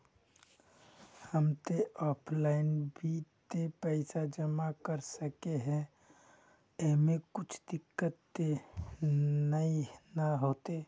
हम ते ऑफलाइन भी ते पैसा जमा कर सके है ऐमे कुछ दिक्कत ते नय न होते?